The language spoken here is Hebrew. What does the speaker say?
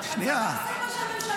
הצבא עושה מה שהממשלה נותנת לו,